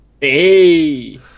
Hey